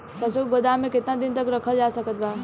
सरसों के गोदाम में केतना दिन तक रखल जा सकत बा?